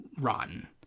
rotten